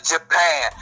Japan